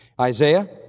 Isaiah